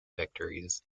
victories